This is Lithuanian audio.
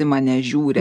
į mane žiūri